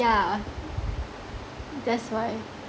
yeah that's why